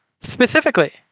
Specifically